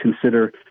consider